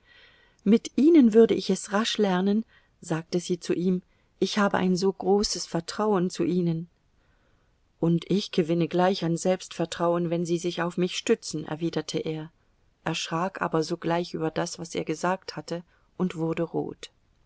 mit ihnen würde ich es rasch lernen sagte sie zu ihm ich habe ein so großes vertrauen zu ihnen und ich gewinne gleich an selbstvertrauen wenn sie sich auf mich stützen erwiderte er erschrak aber sogleich über das was er gesagt hatte und wurde rot